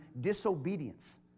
disobedience